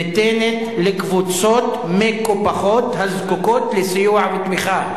ניתנת לקבוצות מקופחות הזקוקות לסיוע ותמיכה,